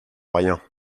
rien